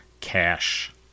cash